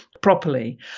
properly